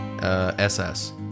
SS